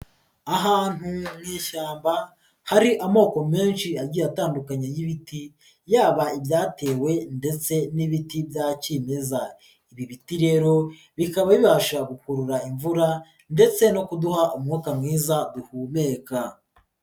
Ahantu hari amoko menshi agiye atandukanye y'ibiti, yaba ibyatewe ndetse n'ibiti bya kimeza. Ibi biti rero bikaba bibasha gukurura imvura, ndetse no kuduha umwuka mwiza duhumeka.